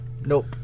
Nope